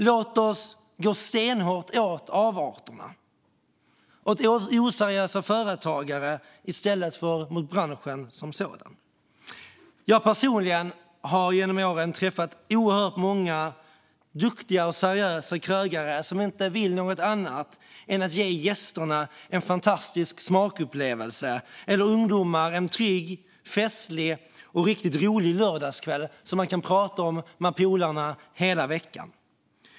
Låt oss gå stenhårt åt avarterna, oseriösa företagare, i stället för åt branschen som sådan. Jag har personligen genom åren träffat oerhört många duktiga och seriösa krögare som inte vill något annat än att ge gästerna en fantastisk smakupplevelse eller ungdomar en trygg, festlig och riktigt rolig lördagskväll som man kan prata med polarna om hela veckan.